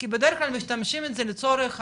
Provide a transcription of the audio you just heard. כי בדרך כלל משתמשים בזה לצורך אבהות.